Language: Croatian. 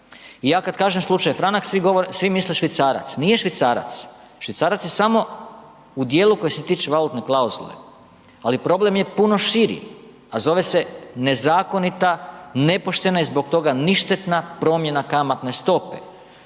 I ja kad kažem slučaj franak svi misle švicarac, nije švicarac, švicarac je samo u dijelu koji se tiče valutne klauzule, ali problem je puno širi, a zove se nezakonita, nepoštena i zbog toga ništetna promjena kamatne stope